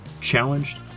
challenged